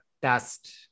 best